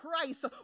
Christ